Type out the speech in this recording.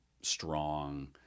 strong